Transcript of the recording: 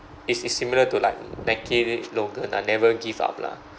it's it's similar to like Nike which slogan lah never give up lah